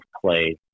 play